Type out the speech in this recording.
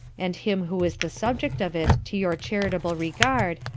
and him who is the subject of it to your charitable regard,